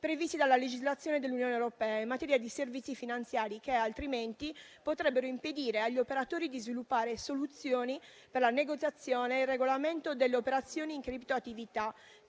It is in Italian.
previsti dalla legislazione dell'Unione europea in materia di servizi finanziari che, altrimenti, potrebbero impedire agli operatori di sviluppare soluzioni per la negoziazione e il regolamento delle operazioni in criptoattività